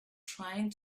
trying